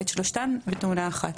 שלושתן בתאונה אחת.